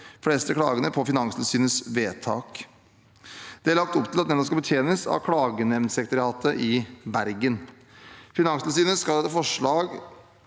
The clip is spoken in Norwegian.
fleste klagene på Finanstilsynets vedtak. Det er lagt opp til at denne skal betjenes av klagenemndssekretariatet i Bergen. Finanstilsynet skal etter forslaget